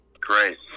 Great